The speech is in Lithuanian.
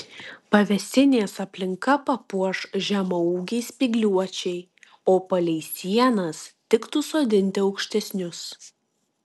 pavėsinės aplinką papuoš žemaūgiai spygliuočiai o palei sienas tiktų sodinti aukštesnius